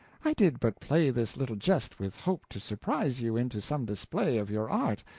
i did but play this little jest with hope to surprise you into some display of your art,